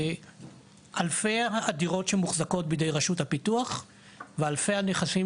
אלפי הדירות שמוחזקות בידי רשות הפיתוח ואלפי הנכסים